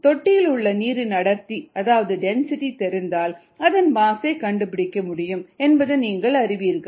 தொட்டியில் உள்ள நீரின் அடர்த்தி அதாவது டென்சிட்டி தெரிந்தால் அதன் மாஸ் ஐ கண்டுபிடிக்க முடியும் என்பது நீங்கள் அறிவீர்கள்